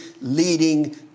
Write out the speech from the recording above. leading